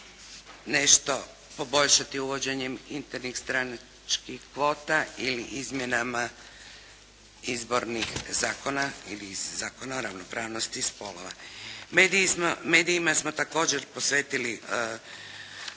nešto poboljšati uvođenjem internih stranačkih kvota ili izmjenama izbornih zakona ili Zakona o ravnopravnosti spolova. Medijima smo također posvetili